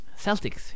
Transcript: Celtics